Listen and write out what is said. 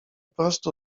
prostu